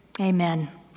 Amen